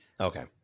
Okay